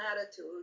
attitude